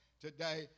today